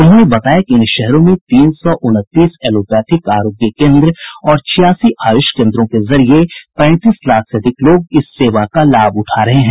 उन्होंने बताया कि इन शहरों में तीन सौ उनतीस एलोपैथिक आरोग्य केन्द्र और छियासी आयुष केन्द्रों के जरिये पैतीस लाख से अधिक लोग इस सेवा का लाभ उठा रहे हैं